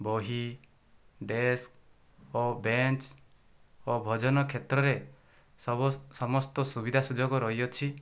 ବହି ଡେସ୍କ ଓ ବେଞ୍ଚ ଓ ଭୋଜନ କ୍ଷେତ୍ରରେ ସବୁ ସମସ୍ତ ସୁବିଧା ସୁଯୋଗ ରହିଅଛି